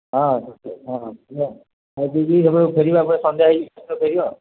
ହଁ ହଁଁ ଯିବି ଫେରିବା ଆମେ ସନ୍ଧ୍ୟା ହେଇ ଫେରିବା ଆଉ